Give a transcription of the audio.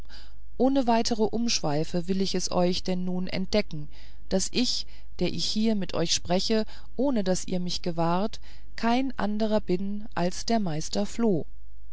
ohne weitere umschweife will ich es euch denn nun entdecken daß ich der ich hier mit euch spreche ohne daß ihr mich gewahrt kein anderer bin als der meister floh